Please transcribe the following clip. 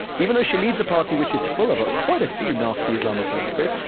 even though she leads a party which is full of quite a few nasty islamophobes, chris,